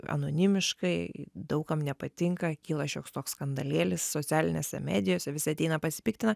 anonimiškai daug kam nepatinka kyla šioks toks skandalėlis socialinėse medijose visi ateina pasipiktina